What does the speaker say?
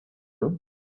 you